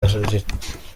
ararira